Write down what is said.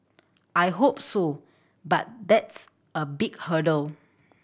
I hope so but that's a big hurdle